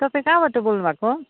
तपाईँ कहाँबाट बोल्नु भएको